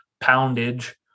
poundage